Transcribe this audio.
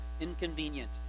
inconvenient